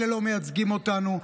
אלה לא מייצגים אותנו.